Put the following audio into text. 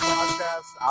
Podcast